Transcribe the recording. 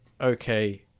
okay